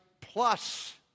plus